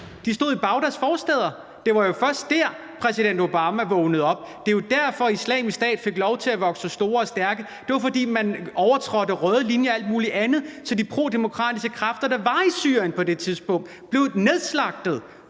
De stod i Bagdads forstæder, og det var først der, præsident Obama vågnede op. Det var jo derfor, at Islamisk Stat fik lov til at vokse sig store og stærke. Det var, fordi man overtrådte røde linjer og alt muligt andet, så de prodemokratiske kræfter, der var i Syrien på det tidspunkt, blev nedslagtet,